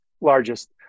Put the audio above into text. largest